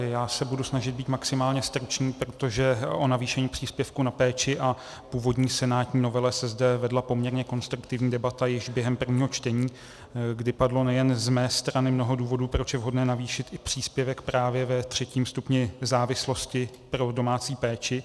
Já se budu snažit být maximálně stručný, protože o navýšení příspěvku na péči a původní senátní novele se zde vedla poměrně konstruktivní debata již během prvního čtení, kdy padlo nejen z mé strany mnoho důvodů, proč je vhodné navýšit i příspěvek právě ve III. stupni závislosti pro domácí péči.